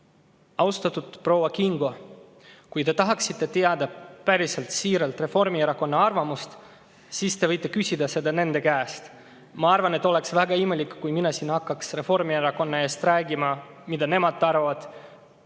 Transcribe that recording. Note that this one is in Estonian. Austatud proua Kingo! Kui te tahaksite teada päriselt, siiralt Reformierakonna arvamust, siis te võite küsida seda nende käest. Ma arvan, et oleks väga imelik, kui mina siin hakkaksin Reformierakonna eest rääkima, mida nemad arvavad